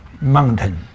mountain